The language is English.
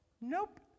Nope